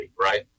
right